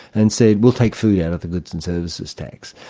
and said, we'll take food out of the goods and services tax.